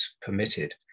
permitted